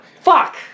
Fuck